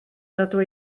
rydw